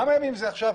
כמה ימים היא תשב?